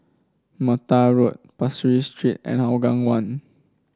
Mattar Road Pasir Ris Street and Hougang One